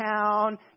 town